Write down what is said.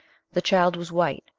the child was white,